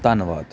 ਧੰਨਵਾਦ